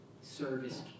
service